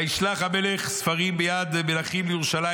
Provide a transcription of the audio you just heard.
וישלח המלך ספרים ביד מלאכים לירושלים